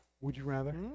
would-you-rather